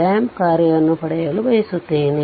ramp ಕಾರ್ಯವನ್ನು ಪಡೆಯಲು ಬಯಸುತ್ತೇನೆ